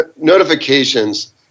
notifications